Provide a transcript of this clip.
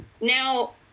Now